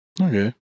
Okay